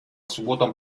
субботам